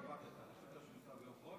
מה אתה רוצה, שהוא ייסע ביום חול?